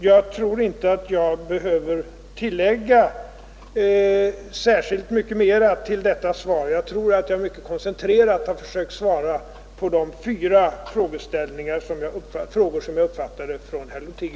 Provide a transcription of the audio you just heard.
Jag tror inte att jag behöver tillägga något ytterligare; jag har väl med det anförda mycket koncentrerat svarat på de fyra frågor som herr Lothigius ställde till mig.